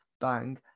bang